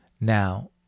Now